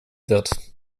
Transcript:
wird